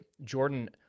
Jordan